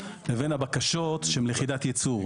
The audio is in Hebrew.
לבין הבקשות שהן ליחידת ייצור.